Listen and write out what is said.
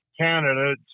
Canada